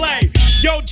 yo